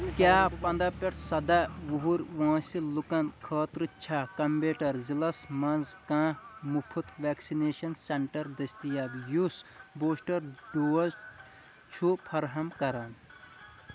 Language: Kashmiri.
کیٛاہ پَنٛداہ پؠٹھ سَداہ وُہُر وٲنٛسہِ لُکن خٲطرٕ چھےٚ کمبیٹر ضلعس مَنٛز کانٛہہ مُفٕط ویکسِنیشن سینٹر دٔستِیاب یُس بوٗسٹر ڈوز چھُ فراہم کران